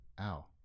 Ow